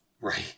Right